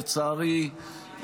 לצערי,